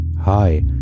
Hi